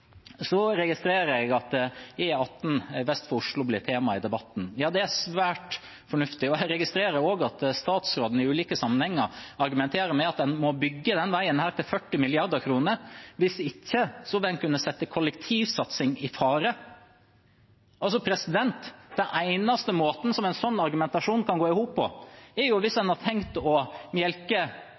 Jeg registrerer at E18 vest for Oslo ble tema i debatten. Det er svært fornuftig. Jeg registrerer også at statsråden i ulike sammenhenger argumenterer med at en må bygge den veien til 40 mrd. kr, hvis ikke vil en kunne sette kollektivsatsing i fare. Den eneste måten som en sånn argumentasjon kan gå i hop på, er at hvis en har tenkt å melke